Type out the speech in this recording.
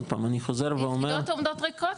אני חוזר ואומר --- יחידות עומדות ריקות,